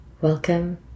Welcome